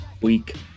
week